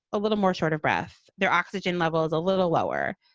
a little more short of breath, their oxygen levels a little lower.